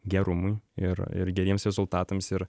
gerumui ir ir geriems rezultatams ir